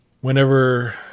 whenever